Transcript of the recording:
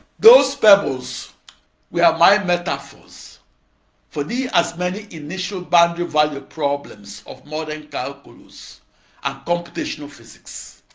those pebbles were my metaphors for the as many initial-boundary value problems of modern calculus and computational physics.